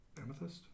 Amethyst